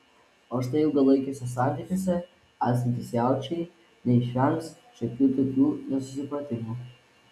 o štai ilgalaikiuose santykiuose esantys jaučiai neišvengs šiokių tokių nesusipratimų